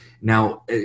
now